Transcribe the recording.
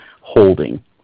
holding